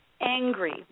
angry